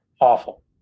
awful